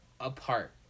apart